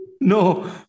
no